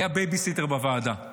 היה בייביסיטר בוועדה,